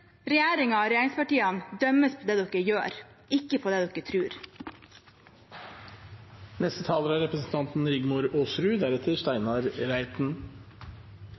og regjeringspartiene dømmes på det de gjør, ikke på det